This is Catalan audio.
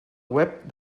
web